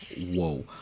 Whoa